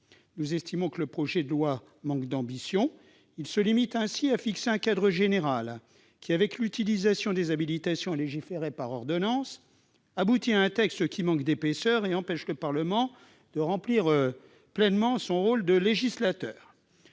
Nous estimons que le projet de loi manque d'ambition. Il se limite ainsi à fixer un cadre général ce qui, avec le recours aux habitations à légiférer par ordonnance, aboutit à un texte qui manque d'épaisseur. Le Parlement ne peut donc remplir pleinement son rôle de législateur.